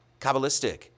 Kabbalistic